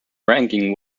ranking